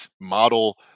model